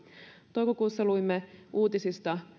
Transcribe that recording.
toukokuussa luimme uutisista